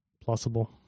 Plausible